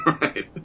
Right